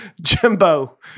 Jimbo